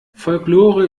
folklore